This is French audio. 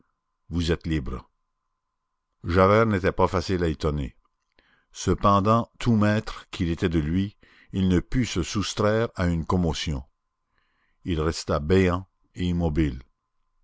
vous êtes libre javert n'était pas facile à étonner cependant tout maître qu'il était de lui il ne put se soustraire à une commotion il resta béant et immobile